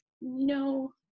no